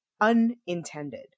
Unintended